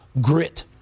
Grit